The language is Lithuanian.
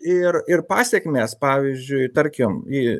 ir ir pasekmės pavyzdžiui tarkim į